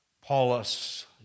Paulus